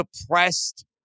depressed